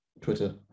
Twitter